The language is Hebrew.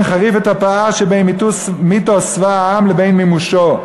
חריף את הפער שבין מיתוס צבא העם לבין מימושו,